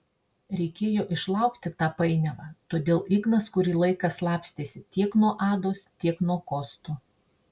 reikėjo išlaukti tą painiavą todėl ignas kurį laiką slapstėsi tiek nuo ados tiek nuo kosto